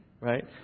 right